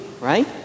right